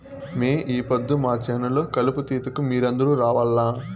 మే ఈ పొద్దు మా చేను లో కలుపు తీతకు మీరందరూ రావాల్లా